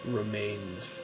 remains